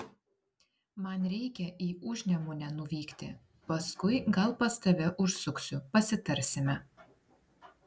man reikia į užnemunę nuvykti paskui gal pas tave užsuksiu pasitarsime